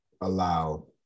allow